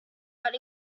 out